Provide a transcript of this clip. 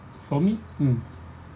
for me mm